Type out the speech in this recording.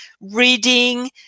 reading